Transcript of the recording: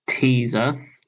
teaser